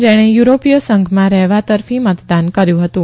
જેણે યુરોપીય સંઘમાં રહેવા તરફી મતદાન કર્યુ હતું